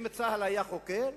האם צה"ל היה חוקר?